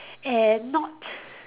and not